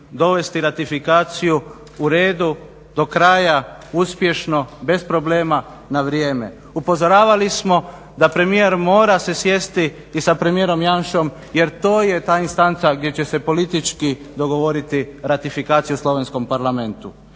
dovesti ratifikaciju u redu do kraja uspješno bez problema na vrijeme. Upozoravali smo da premijer mora se sjesti i sa premijerom Janšom jer to je ta instanca gdje će se politički dogovoriti ratifikaciju u Slovenskom parlamentu.